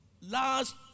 last